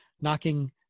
knocking